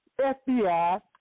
FBI